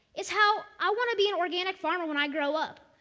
is how i want to be an organic farmer when i grow up,